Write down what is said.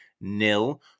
nil